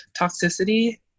toxicity